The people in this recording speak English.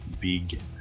big